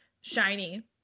shiny